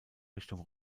richtung